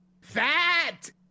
Fat